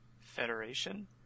Federation